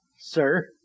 sir